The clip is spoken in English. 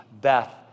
Beth